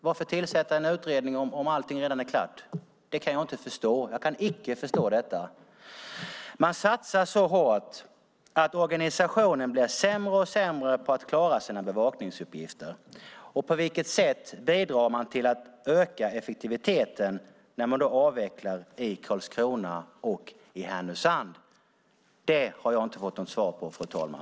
Varför tillsätta en utredning om allt redan är klart? Jag kan inte förstå det. Man satsar så hårt att organisationen blir sämre och sämre på att klara sina bevakningsuppgifter. På vilket sätt bidrar man till att öka effektiviteten när man avvecklar i Karlskrona och Härnösand? Det har jag inte fått något svar på, fru talman.